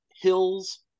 hills